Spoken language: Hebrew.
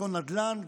אותו נדל"ן,